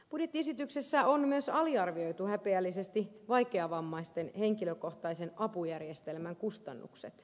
budjettiesityksessä on myös aliarvioitu häpeällisesti vaikeavammaisten henkilökohtaisen apujärjestelmän kustannukset